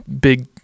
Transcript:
big